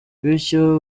bityo